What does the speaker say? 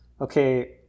okay